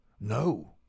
-"No